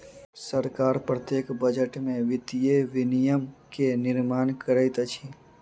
सरकार प्रत्येक बजट में वित्तीय विनियम के निर्माण करैत अछि